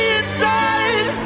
inside